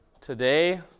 today